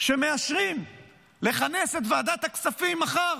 שמאשרים לכנס את ועדת הכספים מחר